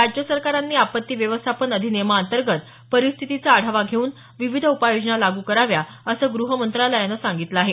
राज्य सरकारांनी आपत्ती व्यवस्थापन अधिनियमाअंतर्गत परिस्थितीचा आढवा घेऊन विविध उपाययोजना लागू कराव्या असं ग्रह मंत्रालयानं सांगितलं आहे